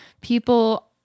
People